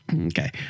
Okay